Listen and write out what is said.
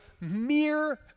mere